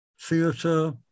theatre